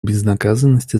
безнаказанности